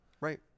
right